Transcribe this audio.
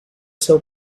seu